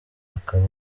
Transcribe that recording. akaba